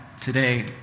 today